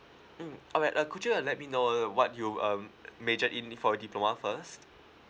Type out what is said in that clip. mm alright uh could you uh let me know uh what you um majored in for your diploma first